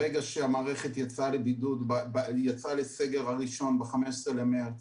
ברגע שהמערכת יצאה לסגר הראשון ב-15 במרץ,